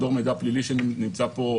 מדור מידע פלילי שנמצא פה,